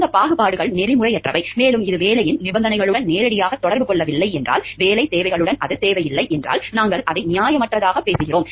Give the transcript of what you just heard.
இந்த பாகுபாடுகள் நெறிமுறையற்றவை மேலும் இது வேலையின் நிபந்தனைகளுடன் நேரடியாக தொடர்பு கொள்ளவில்லை என்றால் வேலைத் தேவைகளுடன் அது தேவையில்லை என்றால் நாங்கள் அதை நியாயமற்றதாகப் பேசுகிறோம்